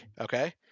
okay